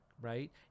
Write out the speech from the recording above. right